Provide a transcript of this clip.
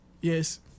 Yes